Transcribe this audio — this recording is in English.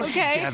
Okay